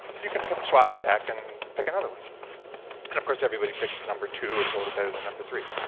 you can swap it back and pick another one. and of course everybody picks number two. it's a little better than number three.